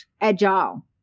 agile